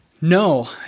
no